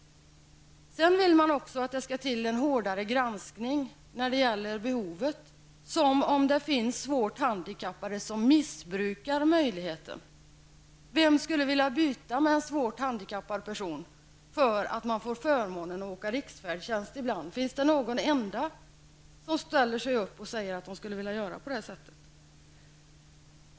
Sedan vill man också att det skall ske en hårdare granskning av behovet, som om det finns svårt handikappade som missbrukar denna möjlighet. Vem skulle vilja byta med en svårt handikappad person för att han eller hon får förmånen att använda riksfärdtjänst ibland? Finns det någon enda som ställer sig upp och säger att han eller hon skulle vilja göra det?